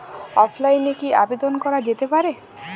অফলাইনে কি আবেদন করা যেতে পারে?